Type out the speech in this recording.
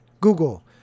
Google